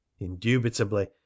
indubitably